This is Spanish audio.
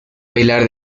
bailar